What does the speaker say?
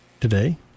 today